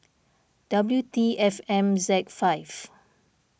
W T F M Z five